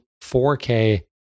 4K